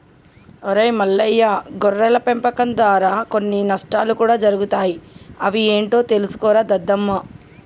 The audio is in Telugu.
ఒరై మల్లయ్య గొర్రెల పెంపకం దారా కొన్ని నష్టాలు కూడా జరుగుతాయి అవి ఏంటో తెలుసుకోరా దద్దమ్మ